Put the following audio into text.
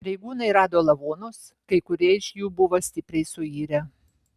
pareigūnai rado lavonus kai kurie iš jų buvo stipriai suirę